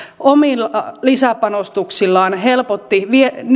omilla lisäpanostuksillaan helpotti